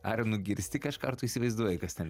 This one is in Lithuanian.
ar nugirsti kažką ar tu įsivaizduoji kas ten